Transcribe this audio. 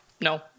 no